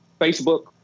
facebook